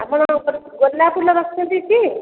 ଆପଣ ଗୋଲାପ ଫୁଲ ରଖିଛନ୍ତି ଟି